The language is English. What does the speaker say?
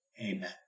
Amen